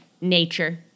Nature